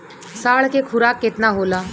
साढ़ के खुराक केतना होला?